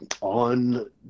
on